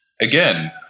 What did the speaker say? Again